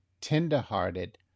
tenderhearted